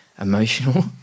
emotional